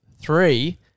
three